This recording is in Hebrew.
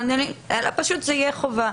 אלא פשוט זה יהיה חובה.